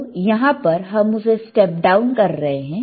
तो यहां पर हम उसे स्टेप डाउन कर रहे हैं